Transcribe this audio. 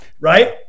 right